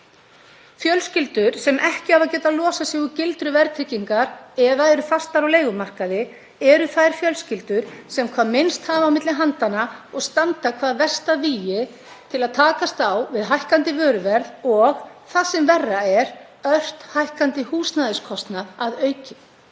Fjölskyldur sem ekki hafa getað losað sig úr gildru verðtryggingar eða eru fastar á leigumarkaði, eru þær fjölskyldur sem hafa hvað minnst á milli handanna og standa hvað verst að vígi til að takast á við hækkandi vöruverð og, það sem verra er, ört hækkandi húsnæðiskostnað að auki.